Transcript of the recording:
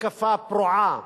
מתקפה פרועה